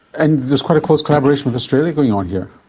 and there's quite a close collaboration with australia going on here?